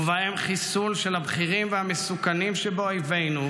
ובהם חיסול של הבכירים והמסוכנים שבאויבינו,